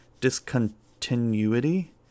discontinuity